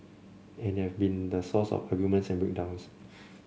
and they have been the source of arguments and break downs